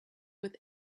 with